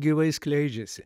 gyvai skleidžiasi